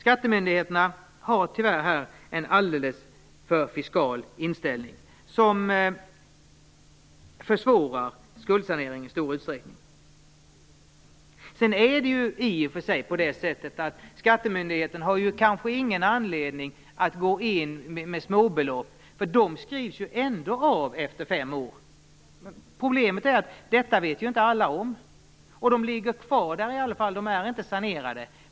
Skattemyndigheterna har tyvärr en alldeles för fiskal inställning, som i stor utsträckning försvårar skuldsanering. Sedan är det i och för sig på det sättet att skattemyndigheten kanske inte har någon anledning att gå in med småbelopp - de skrivs ju ändå av efter fem år. Problemet är att alla inte vet om det. Och de ligger ändå kvar; de är inte sanerade.